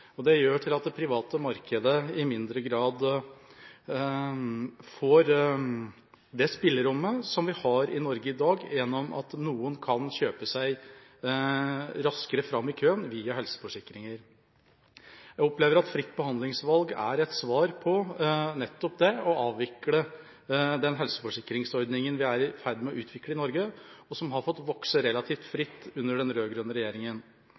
og de har heller ikke helseforsikringer. Det gjør at det private markedet i mindre grad får det spillerommet som vi har i Norge i dag gjennom at noen kan kjøpe seg raskere fram i køen via helseforsikringer. Jeg opplever at fritt behandlingsvalg er et svar på nettopp det å avvikle den helseforsikringsordningen vi er i ferd med å utvikle i Norge,